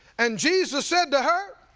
and jesus said to her,